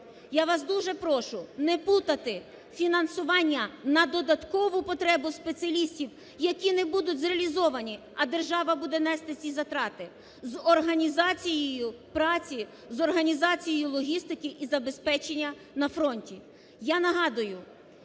я вас дуже прошу не путати фінансування на додаткову потребу спеціалістів, які не будуть зреалізовані, а держава буде нести ці затрати, з організацією праці, з організацією логістики і забезпечення на фронті.